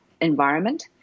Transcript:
environment